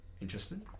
interesting